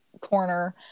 corner